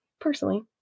Personally